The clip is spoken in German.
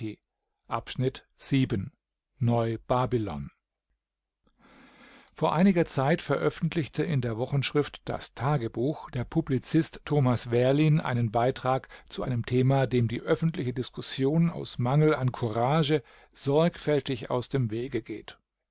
neu babylon vor einiger zeit veröffentlichte in der wochenschrift das tagebuch der publizist thomas wehrlin einen beitrag zu einem thema dem die öffentliche diskussion aus mangel an courage sorgfältig aus dem wege geht